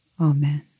Amen